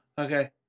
Okay